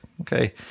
okay